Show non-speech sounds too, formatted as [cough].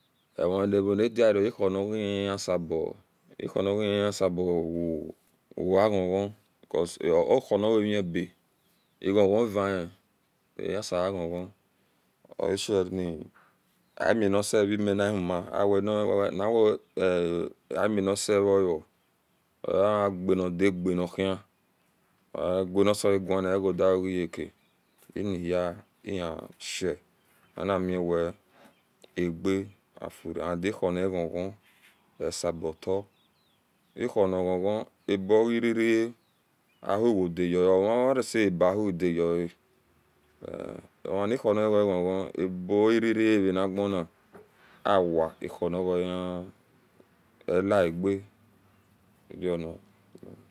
Ewonigro ahro nigeya yasab ahronigiye yasab [hesitation] owia ghon ghon ahro naanieba eghon ghon ban ahiesa eghon ghon oshabi aminisevemi nawuma [hesitation] awe aminisevemi nawuma [hesitation] awe aminisevearo ohin genida genhin [hesitation] ogauanisea una egodioke yeke aniha ihisha animiwa age ofure and ahuro nio ghon ghon esabota [hesitation] ahuro ni ghon ghon aborerea auwadayia ovnieseaba auhyidiyoa omanihr onige ghon ghon aborere avanigona awa ahro nigohi [hesitation] elife e rona.